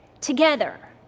together